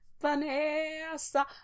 Vanessa